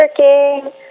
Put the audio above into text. working